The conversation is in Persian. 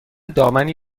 دامنی